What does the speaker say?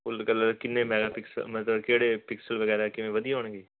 ਕੁੱਲ ਕਲਰ ਕਿੰਨੇ ਮੈਗਾਪਿਕਸਲ ਮਤਲਬ ਕਿਹੜੇ ਪਿਕਸਲ ਵਗੈਰਾ ਕਿਵੇਂ ਵਧੀਆ ਹੋਣਗੇ